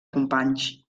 companys